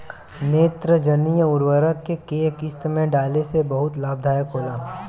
नेत्रजनीय उर्वरक के केय किस्त में डाले से बहुत लाभदायक होला?